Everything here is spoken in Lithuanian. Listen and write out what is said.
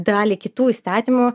dalį kitų įstatymų